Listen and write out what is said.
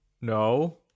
No